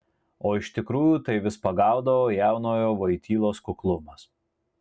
o iš tikrųjų tai vis pagaudavo jaunojo vojtylos kuklumas